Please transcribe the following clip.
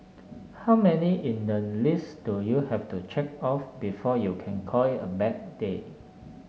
how many in the list do you have to check off before you can call it a bad day